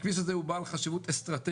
הכביש הזה הוא בעל חשיבות אסטרטגית,